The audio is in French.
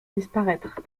disparaître